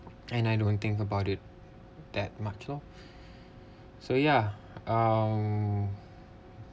and I don't think about it that much loh so yeah um mm